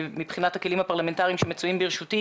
מבחינת הכלים הפרלמנטריים שמצויים ברשותי,